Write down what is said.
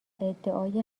ادعای